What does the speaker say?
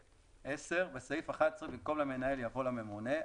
בסעיף 11, במקום "למנהל" יבוא "לממונה".